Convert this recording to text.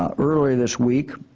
ah earlier this week,